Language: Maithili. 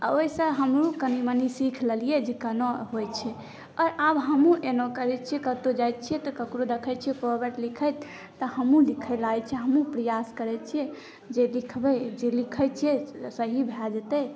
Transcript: ओहिसॅं हमहुँ कनि मनी सीख लेलियै जे केना होइ छै आर आब हमहुँ अयमे करै छियै कतौ जाइ छियै ककरो देख़ै छियै कोबर लिखैत तऽ हमहुँ लिखै लागै छियै हमहुँ प्रयास करै छियै जे लिखबै लिखै छियै तऽ ई भै जेतै